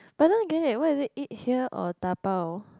but I don't get it eh why is it eat here or dabao